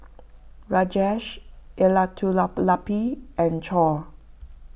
Rajesh Elattuvalapil and Choor